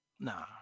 nah